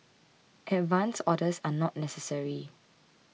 advance orders are not necessary